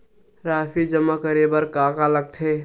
राशि जमा करे बर का का लगथे?